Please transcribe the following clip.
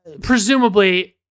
Presumably